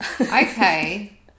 okay